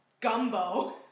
gumbo